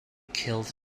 killed